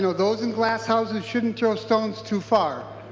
you know those in glass houses shouldn't throw stones too far.